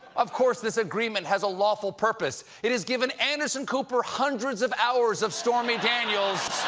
of course this agreement has a lawful purpose. it has given anderson cooper hundreds of hours of stormy daniels'